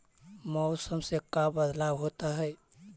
मौसम से का बदलाव होता है?